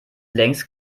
längst